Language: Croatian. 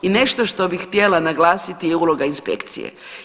I nešto što bih htjela naglasiti je uloga inspekcije.